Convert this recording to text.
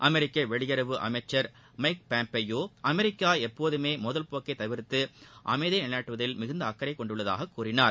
அமெரிக்க வெளியுறவுத்துறை அமைச்சர் Mike Pompeo அமெரிக்கா எப்போதுமே போதல் போக்கைத் தவிர்த்து அமைதியை நிலைநாட்டுவதில் மிகுந்த அக்கறை கொண்டுள்ளதாக கூறினார்